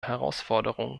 herausforderungen